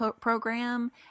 program